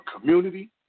community